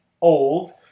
old